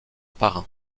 parrain